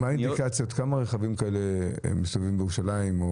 כמה רכבים כאלה מסתובבים בירושלים?